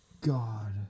god